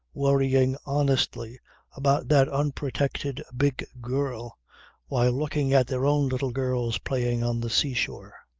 worrying honestly about that unprotected big girl while looking at their own little girls playing on the sea-shore.